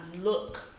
look